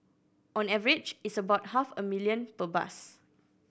on average it's about half a million per bus